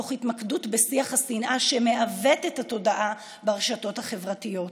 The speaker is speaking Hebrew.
תוך התמקדות בשיח השנאה שמעוות את התודעה ברשתות החברתיות.